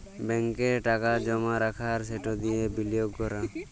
ব্যাংকে টাকা জমা রাখা আর সেট দিঁয়ে বিলিয়গ ক্যরা